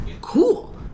cool